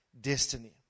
destiny